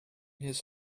his